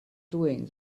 doing